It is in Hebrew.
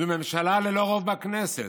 זו ממשלה ללא רוב בכנסת.